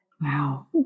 Wow